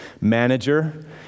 manager